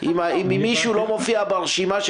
מוסדות לאנשים עם מוגבלויות לסוגיהם,